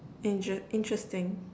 interest~ interesting